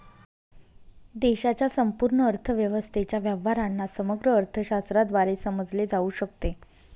देशाच्या संपूर्ण अर्थव्यवस्थेच्या व्यवहारांना समग्र अर्थशास्त्राद्वारे समजले जाऊ शकते